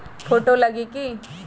Photo लगी कि?